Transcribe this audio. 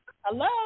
Hello